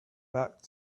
back